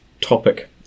topic